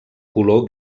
color